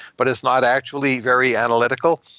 but is not actually very analytical.